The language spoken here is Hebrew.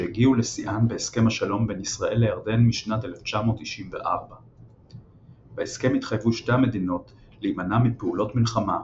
שהגיעו לשיאן בהסכם השלום בין ישראל לירדן משנת 1994. בהסכם התחייבו שתי המדינות להימנע מפעולות מלחמה,